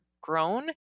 grown